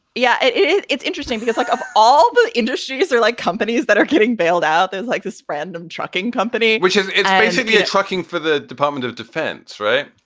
yeah it's interesting because like of all the industries there, like companies that are getting bailed out, there's like the spread of trucking company, which is basically ah trucking for the department of defense, right?